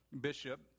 Bishop